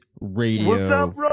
Radio